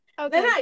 Okay